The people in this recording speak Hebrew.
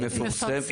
היא מפורסמת.